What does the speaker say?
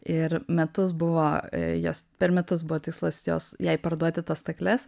ir metus buvo jas per metus buvo tikslas jos jai parduoti tas stakles